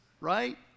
Right